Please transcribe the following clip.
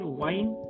wine